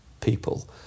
people